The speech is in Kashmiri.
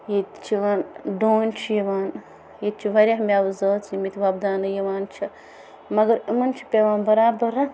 ییٚتہِ چھِ یِوان ڈوٗنۍ چھُ یِوان ییٚتہِ چھُ واریاہ مٮ۪وٕ زٲژ یِم ییٚتہِ وۄپداونہٕ ییٚوان چھِ مَگَر یِمن چھُ پٮ۪وان بَرابر